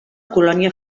colònia